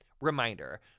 Reminder